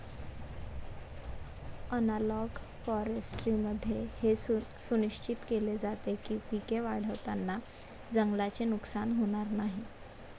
analogue फॉरेस्ट्रीमध्ये हे सुनिश्चित केले जाते की पिके वाढवताना जंगलाचे नुकसान होणार नाही